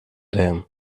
them